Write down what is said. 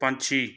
ਪੰਛੀ